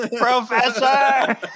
Professor